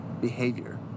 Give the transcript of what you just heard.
behavior